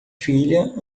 filha